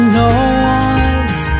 noise